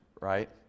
right